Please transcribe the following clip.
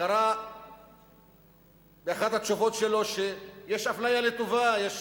קרא באחת התשובות שלו שיש אפליה לטובה, יש